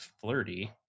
Flirty